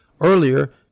earlier